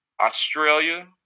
Australia